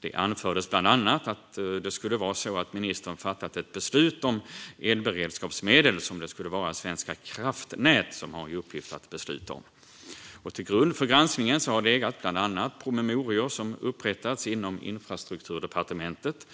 Det anfördes bland annat att det skulle vara så att ministern fattat ett beslut om elberedskapsmedel, som det skulle vara Svenska kraftnäts uppgift att besluta om. Till grund för granskningen har legat bland annat promemorior som upprättats inom Infrastrukturdepartementet.